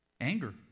anger